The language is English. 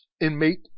Inmate